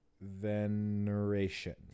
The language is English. veneration